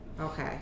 okay